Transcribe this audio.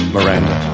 Miranda